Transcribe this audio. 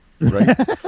Right